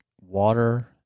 water